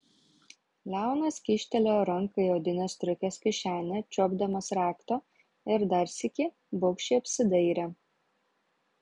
leonas kyštelėjo ranką į odinės striukės kišenę čiuopdamas rakto ir dar sykį baugščiai apsidairė